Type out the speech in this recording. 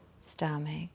stomach